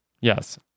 Yes